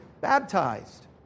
baptized